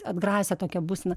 atgrasią tokią būseną